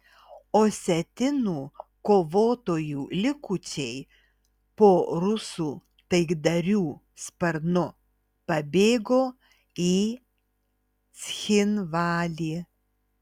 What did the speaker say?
osetinų kovotojų likučiai po rusų taikdarių sparnu pabėgo į cchinvalį